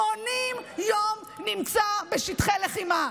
80 יום, נמצא בשטחי לחימה.